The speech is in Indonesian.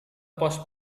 pos